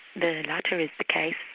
the latter is the case.